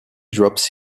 drops